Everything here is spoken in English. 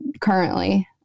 currently